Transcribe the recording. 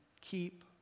keep